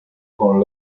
con